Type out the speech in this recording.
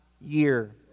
year